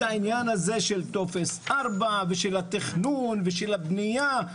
העניין הזה של טופס 4 ושל התכנון ושל הבנייה.